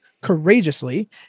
courageously